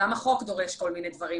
גם החוק דורש כל מיני דברים,